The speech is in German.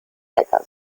hacker